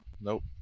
Nope